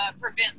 prevent